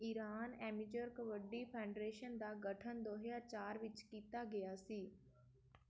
Iran amateur kabaddi federation ਦਾ ਗਠਨ ਦੋ ਹਜ਼ਾਰ ਚਾਰ ਵਿੱਚ ਕੀਤਾ ਗਿਆ ਸੀ